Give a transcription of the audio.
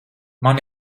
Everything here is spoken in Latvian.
man